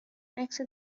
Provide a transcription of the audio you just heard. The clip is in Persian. عکس